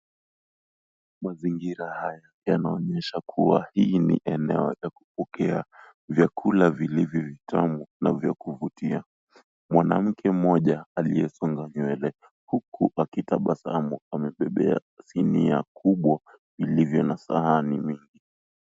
Mazingira haya yanaonyesha kuwa hii ni eneo la kupokea vyakula vilivyo vitamu vyakuvutia. Mwanamke mmoja aliyesonga nywele, huku akitabasamu, amebebea sinia kubwa vilivyo na sahani mingi.